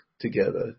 together